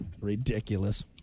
Ridiculous